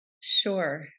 Sure